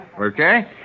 Okay